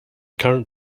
current